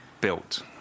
built